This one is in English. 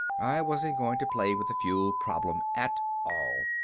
i wasn't going to play with the fuel problem at all.